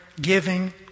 giving